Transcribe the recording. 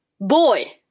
boy